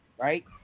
right